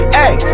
Hey